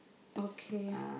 okay